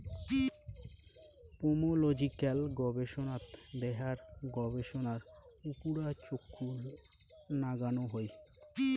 pomological গবেষনাত দেহার গবেষণার উপুরা চখু নাগানো হই